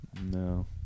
no